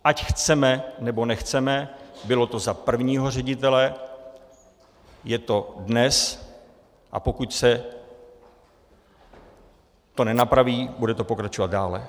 Ať chceme, nebo nechceme, bylo to za prvního ředitele, je to dnes, a pokud se to nenapraví, bude to pokračovat dále.